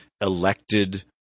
elected